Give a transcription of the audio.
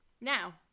now